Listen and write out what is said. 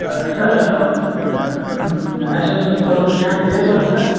سَر اَسہِ اوس تھوڑا بہت جانکٲری حظ ضروٗرت سَر